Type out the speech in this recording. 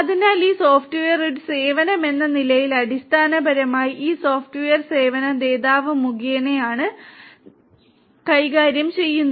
അതിനാൽ ഈ സോഫ്റ്റ്വെയർ ഒരു സേവനമെന്ന നിലയിൽ അടിസ്ഥാനപരമായി ഈ സോഫ്റ്റ്വെയർ സേവന ദാതാവ് മുഖേനയാണ് കൈകാര്യം ചെയ്യുന്നത്